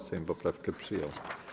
Sejm poprawkę przyjął.